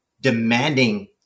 demanding